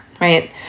right